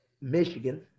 Michigan